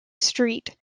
street